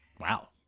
Wow